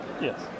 Yes